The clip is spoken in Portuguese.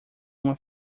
uma